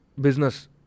business